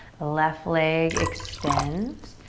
left leg extends.